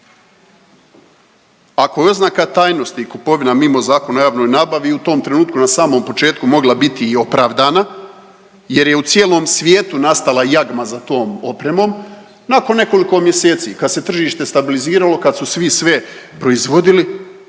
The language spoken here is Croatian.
Ako je i oznaka tajnosti i kupovina mimo Zakona o javnoj nabavi u tom trenutku na samom početku mogla biti i opravdana jer je u cijelom svijetu nastala jagma za tom opremom, nakon nekoliko mjeseci kad se tržište stabiliziralo, kad su svi proizvodili